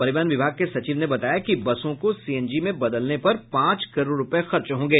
परिवहन विभाग के सचिव ने बताया कि बसों को सीएनजी में बदलने पर पांच करोड़ रूपये खर्च होंगे